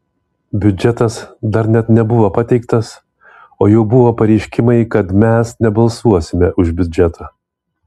biudžetas dar net nebuvo pateiktas o jau buvo pareiškimai kad mes nebalsuosime už biudžetą